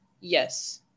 Yes